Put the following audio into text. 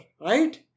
Right